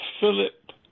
Philip